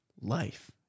life